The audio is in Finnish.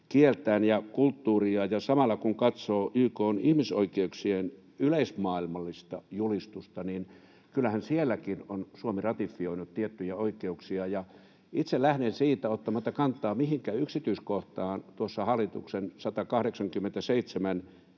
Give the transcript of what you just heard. kieltään ja kulttuuriaan. Samalla kun katsoo YK:n ihmisoikeuksien yleismaailmallista julistusta, niin kyllähän sielläkin on Suomi ratifioinut tiettyjä oikeuksia. Itse lähden siitä ottamatta kantaa mihinkään yksityiskohtaan tuossa hallituksen